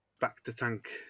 back-to-tank